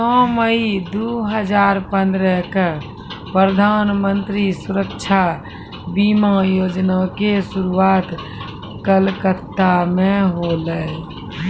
नौ मई दू हजार पंद्रह क प्रधानमन्त्री सुरक्षा बीमा योजना के शुरुआत कोलकाता मे होलै